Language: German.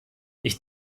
ich